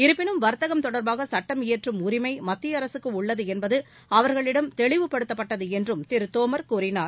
இருப்பினும் வர்த்தகம் தொடர்பாக சுட்டம் இயற்றும் உரிமை மத்திய அரசுக்கு உள்ளது என்பது அவர்களிடம் தெளிவுபடுத்தப்பட்டது என்றும் திரு தோமர் கூறினார்